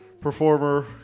performer